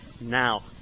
now